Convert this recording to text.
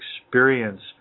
experience